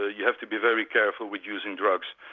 ah you have to be very careful with using drugs.